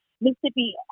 Mississippi